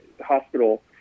hospital